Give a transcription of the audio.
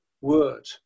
word